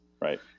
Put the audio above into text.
Right